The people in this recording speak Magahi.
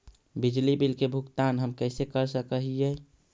बिजली बिल के भुगतान हम कैसे कर सक हिय?